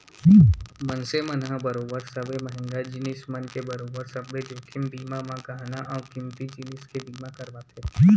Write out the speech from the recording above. मनसे मन ह बरोबर सबे महंगा जिनिस मन के बरोबर सब्बे जोखिम बीमा म गहना अउ कीमती जिनिस के बीमा करवाथे